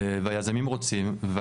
היזמים רוצים,